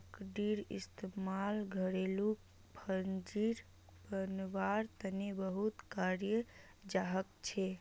लकड़ीर इस्तेमाल घरेलू फर्नीचर बनव्वार तने बहुत कराल जाछेक